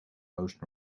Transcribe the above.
most